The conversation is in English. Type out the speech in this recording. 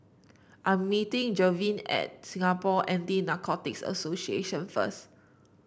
I'm meeting Gavyn at Singapore Anti Narcotics Association first